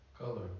color